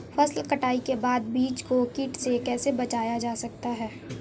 फसल कटाई के बाद बीज को कीट से कैसे बचाया जाता है?